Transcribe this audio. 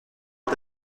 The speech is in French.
est